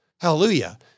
Hallelujah